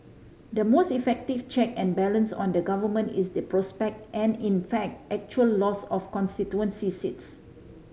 the most effective check and balance on the Government is the prospect and in fact actual loss of constituency seats